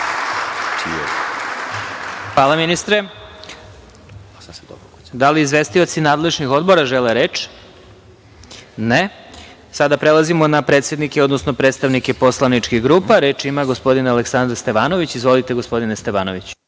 Hvala, ministre. Da li izvestioci nadležnih odbora žele reč? Ne. Sada prelazimo na predsednike, odnosno predstavnike poslaničkih grupa. Reč ima gospodin Aleksandar Stevanović. Izvolite, gospodine Stevanoviću.